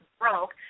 broke